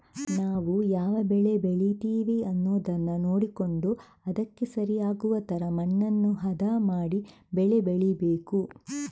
ನಾವು ಯಾವ ಬೆಳೆ ಬೆಳೀತೇವೆ ಅನ್ನುದನ್ನ ನೋಡಿಕೊಂಡು ಅದಕ್ಕೆ ಸರಿ ಆಗುವ ತರ ಮಣ್ಣನ್ನ ಹದ ಮಾಡಿ ಬೆಳೆ ಬೆಳೀಬೇಕು